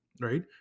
right